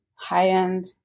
high-end